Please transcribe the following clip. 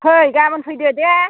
फै गाबोन फैदो दे